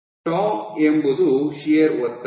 tau ಎಂಬುದು shear ಒತ್ತಡ